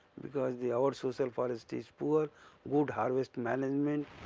because the our social forest is poor wood harvest management.